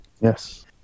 Yes